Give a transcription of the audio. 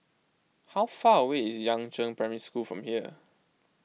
how far away is Yangzheng Primary School from here